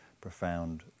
profound